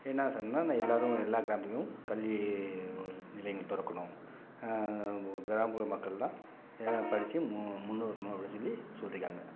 என்ன செய்யணுன்னா நான் எல்லோரும் எல்லா கிராமத்துலேயும் கல்வி நிலையங்கள் திறக்குணும் கிராமப்புற மக்கள்லாம் எதா படித்து மு முன்னுக்கு வரணும் அப்படின் சொல்லி சொல்லியிருக்காங்க